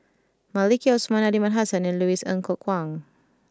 Maliki Osman Aliman Hassan and Louis Ng Kok Kwang